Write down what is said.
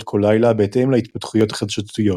כל לילה בהתאם להתפתחויות החדשותיות.